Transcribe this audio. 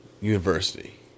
university